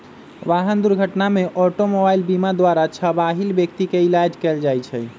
वाहन दुर्घटना में ऑटोमोबाइल बीमा द्वारा घबाहिल व्यक्ति के इलाज कएल जाइ छइ